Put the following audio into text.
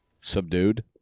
Subdued